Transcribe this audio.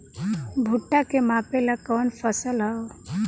भूट्टा के मापे ला कवन फसल ह?